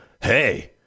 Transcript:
hey